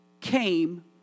came